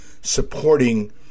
supporting